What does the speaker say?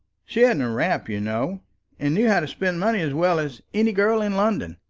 she hadn't a rap, you know and knew how to spend money as well as any girl in london.